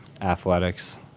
Athletics